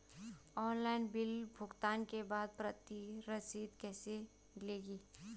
Online bill भुगतान के बाद प्रति रसीद कैसे मिलेगी?